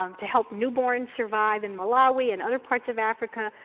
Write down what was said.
um to help newborns survive in malawi and other parts of africa.